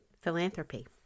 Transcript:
philanthropy